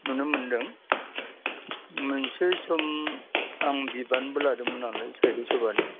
नुनो मोन्दों मोनसे सम आं बिबानबो लादोंमोन नालाय साहित्य' सभानि